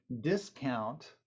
discount